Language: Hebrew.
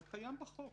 זה קיים בחוק.